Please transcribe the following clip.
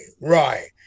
right